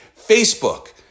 Facebook